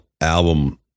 album